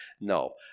No